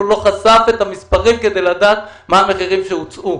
לא חשף את המספרים כדי לדעת מה המחירים שהוצעו.